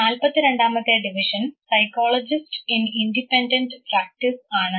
നാല്പത്തിരണ്ടാമത്തെ division psychologist in independent practice ആണ്